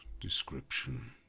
description